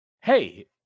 Hey